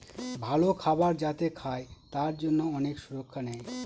ভালো খাবার যাতে খায় তার জন্যে অনেক সুরক্ষা নেয়